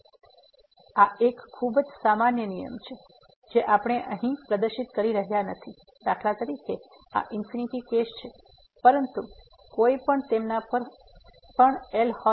તેથી આ એક ખૂબ જ સામાન્ય નિયમ છે જે આપણે અહીં આ પ્રદર્શિત કરી રહ્યા નથી દાખલા તરીકે આ ઇન્ફીનિટી કેસ છે પરંતુ કોઈ પણ તેમના પર પણ એલ